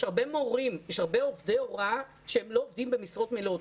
יש הרבה עובדי הוראה שלא עובדים במשרות מלאות,